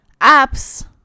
apps